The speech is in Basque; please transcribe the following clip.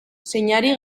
zeinari